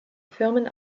firmen